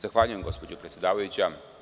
Zahvaljujem, gospođo predsedavajuća.